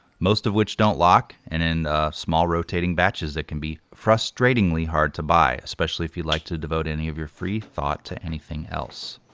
most of which don't lock, and in small rotating batches that can be frustratingly hard to buy, especially if you'd like to devote any of your free thought to anything else.